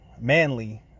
manly